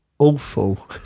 awful